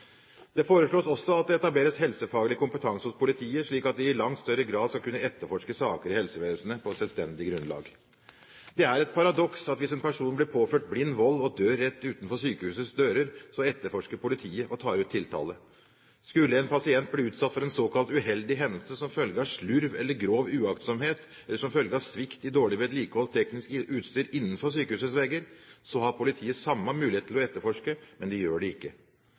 Det foreslås også at det etableres helsefaglig kompetanse hos politiet, slik at de i langt større grad skal kunne etterforske saker i helsevesenet på selvstendig grunnlag. Det er et paradoks at hvis en person blir påført blind vold og dør rett utenfor sykehusets dører, etterforsker politiet og tar ut tiltale. Skulle en pasient bli utsatt for en såkalt uheldig hendelse som følge av slurv eller grov uaktsomhet, eller som følge av svikt i dårlig vedlikeholdt teknisk utstyr innenfor sykehusets vegger, har politiet samme mulighet til å etterforske, men de gjør det ikke.